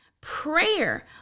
prayer